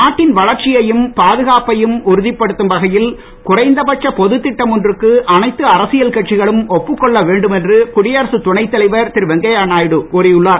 நாட்டின் வளர்ச்சியையும் பாதுகாப்பையும் உறுதிப்படுத்தும் வகையில் குறைந்தபட்ச பொதுத் திட்டம் ஒன்றுக்கு அனைத்து அரசியல் கட்சிகளும் ஒப்புக் கொள்ள வேண்டும் என்று குடியரசுத் துணைத் தலைவர் திரு வெங்கையாநாயுடு கூறியுள்ளார்